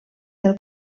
del